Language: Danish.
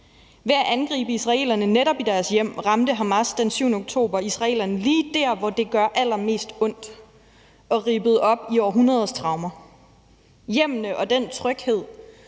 Ved at angribe israelerne netop i deres hjem ramte Hamas den 7. oktober israelerne lige der, hvor det gør allermest ondt, og rippede op i århundreders traumer. Hjemmene og den tryghed